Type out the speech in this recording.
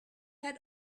had